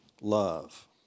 love